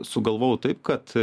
sugalvojau taip kad